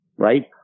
right